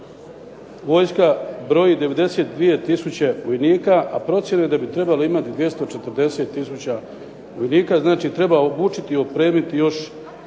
vojska broji 92 tisuće vojnika a procjena je da bi trebali imati 240 tisuća vojnika. Znači, treba obučiti i opremiti još